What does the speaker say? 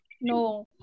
no